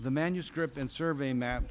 the manuscript and survey map